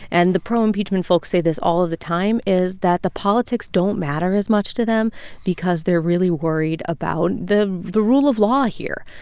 and the pro-impeachment folks say this all of the time, is that the politics don't matter as much to them because they're really worried about the the rule of law here.